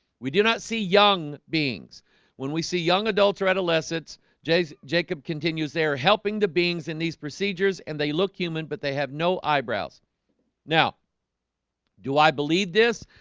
we do not see young beings when we see young adults or adolescents jay's, jacob continues. they are helping the beings in these procedures and they look human but they have no eyebrows now do i believe this?